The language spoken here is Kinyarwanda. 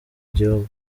igihugu